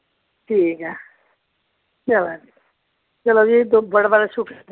ठीक ऐ चलो चलो जी बड़ा बड़ा शुक्रिया